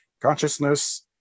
consciousness